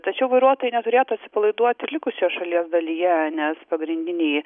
tačiau vairuotojai neturėtų atsipalaiduot ir likusioj šalies dalyje nes pagrindiniai